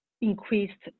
increased